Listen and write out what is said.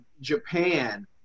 Japan